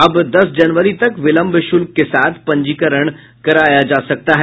अब दस जनवरी तक विलंब शुल्क के साथ पंजीकरण कराया जा सकता है